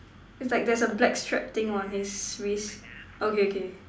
is like there's a black strap thing on his wrist okay okay